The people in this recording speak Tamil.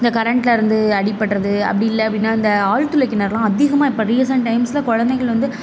இந்த கரண்ட்டுலருந்து அடிப்படுறது அப்படி இல்லை அப்படினா இந்த ஆழ்த்துளை கிணறுலாம் அதிகமாக இப்போ ரீசென்ட் டைம்ஸில் குழந்தைகள் வந்து